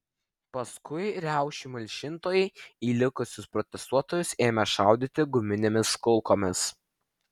paskui riaušių malšintojai į likusius protestuotojus ėmė šaudyti guminėmis kulkomis